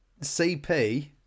CP